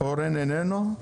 אורן איננו?